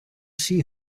see